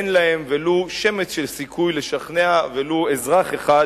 אין להן ולו שמץ של סיכוי לשכנע, ולו אזרח אחד